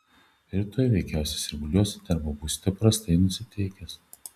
rytoj veikiausiai sirguliuosite arba būsite prastai nusiteikęs